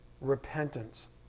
repentance